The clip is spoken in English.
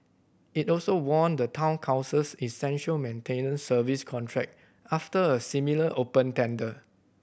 it also won the Town Council's essential maintenance service contract after a similar open tender